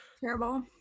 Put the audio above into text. Terrible